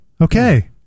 Okay